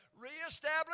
reestablish